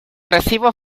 recibo